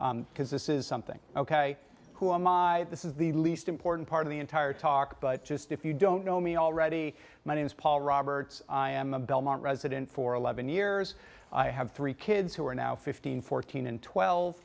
because this is something ok who am i this is the least important part of the entire talk but just if you don't know me already my name is paul roberts i am a belmont resident for eleven years i have three kids who are now fifteen fourteen and